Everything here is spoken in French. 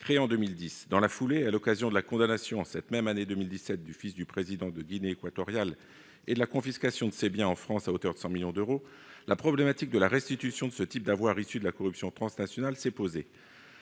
créée en 2010. Dans la foulée, et à l'occasion de la condamnation en cette même année 2017 du fils du président de la Guinée équatoriale et de la confiscation de ses biens en France, à hauteur de 100 millions d'euros, s'est posé le problème de la restitution de ce type d'avoirs, issus de la corruption transnationale.